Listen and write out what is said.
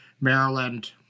maryland